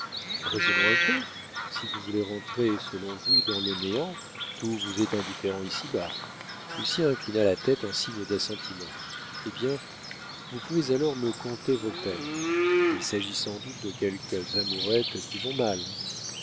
raisonnons un peu si vous voulez rentrer selon vous dans le néant tout vous est indifférent ici-bas lucien inclina la tête en signe d'assentiment eh bien vous pouvez alors me conter vos peines il s'agit sans doute de quelques amourettes qui vont mal